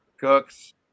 Cooks